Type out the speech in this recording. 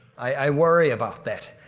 i worry about that,